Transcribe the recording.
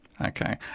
okay